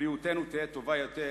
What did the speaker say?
בריאותנו תהא טובה יותר,